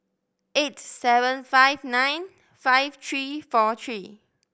eight seven five nine five three four three